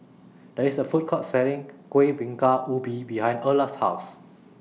There IS A Food Court Selling Kuih Bingka Ubi behind Erla's House